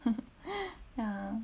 ya